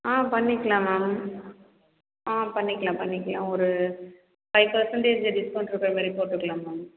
ஆ பண்ணிக்கலாம் மேம் ஆ பண்ணிக்கலாம் பண்ணிக்கலாம் ஒரு ஃபைவ் பேர்சென்டேஜ் டிஸ்கௌண்ட் இருக்கிற மாரி போட்டுக்கலாம் மேம்